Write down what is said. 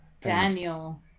Daniel